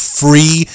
free